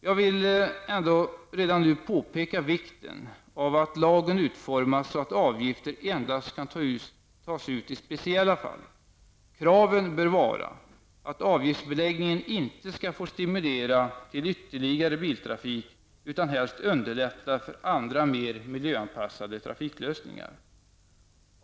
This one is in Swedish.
Jag vill dock redan nu påpeka vikten av att lagen utformas så att avgifter endast kan tas ut i speciella fall. Kraven bör vara att avgiftsbeläggningen inte skall få stimulera ytterligare biltrafik, utan underlätta för andra mer miljöanpassade trafiklösningar.